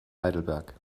heidelberg